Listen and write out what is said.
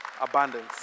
abundance